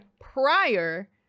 prior